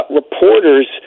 reporters